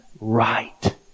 right